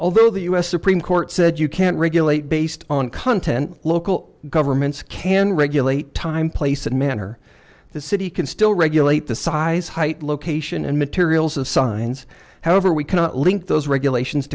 although the u s supreme court said you can't regulate based on content local governments can regulate time place and manner the city can still regulate the size height location and materials of signs however we cannot link those regulations